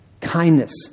Kindness